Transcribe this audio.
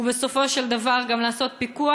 ובסופו של דבר גם לעשות פיקוח.